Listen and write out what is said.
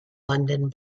london